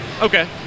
Okay